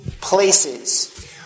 places